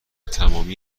تمامی